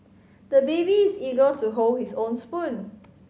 the baby is eager to hold his own spoon